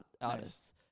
artists